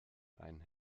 einen